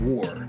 War